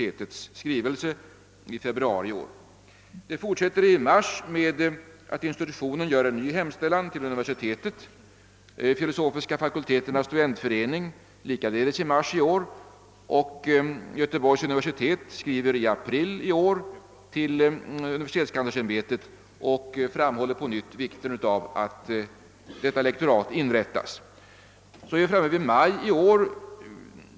Det fortsätter i mars med att institutionen gör en ny hemställan till universitetet. Filosofiska fakulteternas studentförening, likaledes i mars, och Göteborgs universitet, i april, skriver till UKA och framhåller på nytt vikten av att detta lektorat inrättas. Så är vi framme vid maj i år.